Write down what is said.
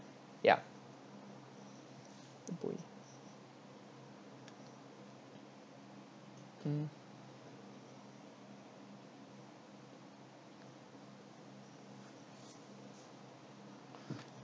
ya mm